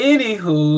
Anywho